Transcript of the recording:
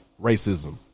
racism